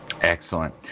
Excellent